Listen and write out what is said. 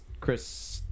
Chris